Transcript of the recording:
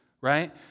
right